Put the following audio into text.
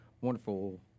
wonderful